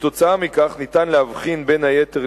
כתוצאה מכך ניתן להבחין לעתים, בין היתר,